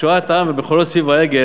כשהוא ראה את העם במחולות סביב העגל,